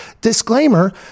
Disclaimer